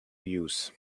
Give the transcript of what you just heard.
use